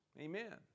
Amen